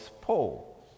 Paul